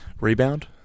Rebound